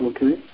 Okay